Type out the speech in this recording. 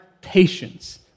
patience